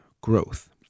growth